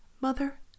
Mother